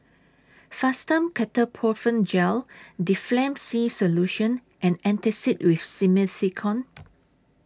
Fastum Ketoprofen Gel Difflam C Solution and Antacid with Simethicone